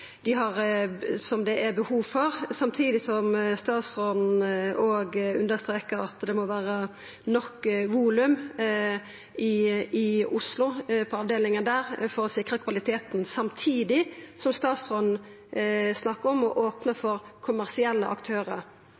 dei analysane som det er behov for, samtidig som statsråden òg understrekar at det må vera nok volum på avdelinga i Oslo for å sikra kvaliteten. Samtidig snakkar statsråden om å opna for kommersielle aktørar.